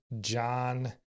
John